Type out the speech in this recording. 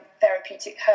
therapeutic